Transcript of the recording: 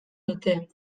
dute